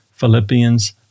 Philippians